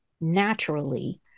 naturally